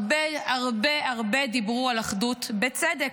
הרבה הרבה הרבה דיברו על אחדות, בצדק.